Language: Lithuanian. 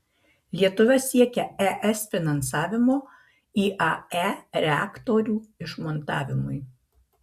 lietuva siekia es finansavimo iae reaktorių išmontavimui